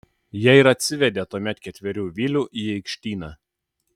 jie ir atsivedė tuomet ketverių vilių į aikštyną